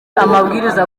amabwiriza